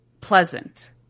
pleasant